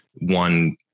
one